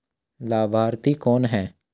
लाभार्थी कौन है?